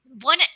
one